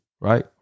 right